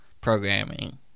programming